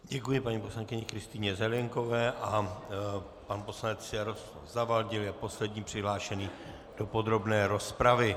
Děkuji paní poslankyni Kristýně Zelienkové a pan poslanec Jaroslav Zavadil je poslední přihlášený do podrobné rozpravy.